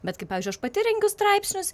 bet kai pavyzdžiui aš pati rengiu straipsnius